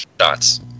shots